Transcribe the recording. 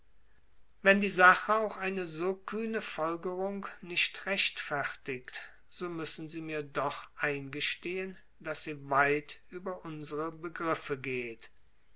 wenn die sache auch eine so kühne folgerung nicht rechtfertigt so müssen sie mir doch eingestehen daß sie weit über unsre begriffe geht